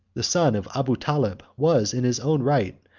the son of abu taleb was, in his own right,